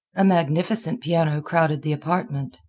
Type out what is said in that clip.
a magnificent piano crowded the apartment.